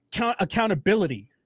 accountability